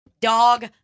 Dog